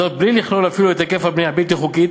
זאת, בלי לכלול אפילו את היקף הבנייה הבלתי-חוקית.